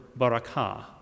barakah